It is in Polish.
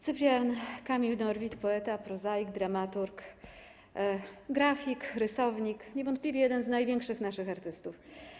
Cyprian Kamil Norwid - poeta, prozaik, dramaturg, grafik, rysownik, niewątpliwie jeden z największych naszych artystów.